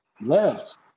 Left